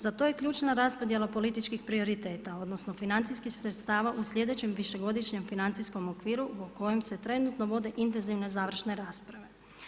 Za to je ključna raspodjela političkih prioriteta, odnosno, financijskih sredstava u sljedećem višegodišnjem financijskom okviru zbog kojeg se trenutno vode intenzivno završne rasprave.